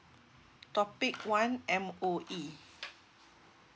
topic one M_O_E